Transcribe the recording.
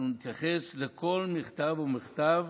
אנחנו נתייחס לכל מכתב ומכתב